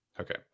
okay